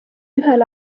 ühel